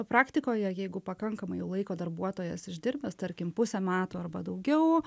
praktikoje jeigu pakankamai laiko darbuotojas išdirbęs tarkim pusę metų arba daugiau